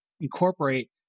incorporate